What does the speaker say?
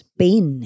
pain